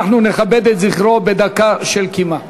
אנחנו נכבד את זכרו בדקה של קימה.